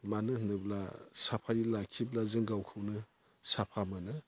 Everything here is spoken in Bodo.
मानो होनोब्ला साफायै लाखिब्ला जों गावखौनो साफा मोनो